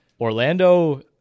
Orlando